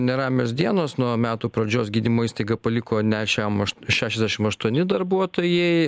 neramios dienos nuo metų pradžios gydymo įstaigą paliko net šem aš šešiasdešim aštuoni darbuotojai